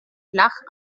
flach